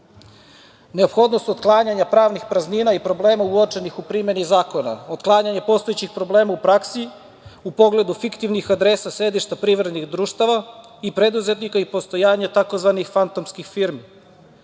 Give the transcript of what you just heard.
ciljeve. Neophodnost otklanjanja pravnih praznina i problema uočenih u primeni zakona, otklanjanje postojećih problema u praksi u pogledu fiktivnih adresa sedišta privrednih društava i preduzetnika i postojanje tzv. fantomskih firmi,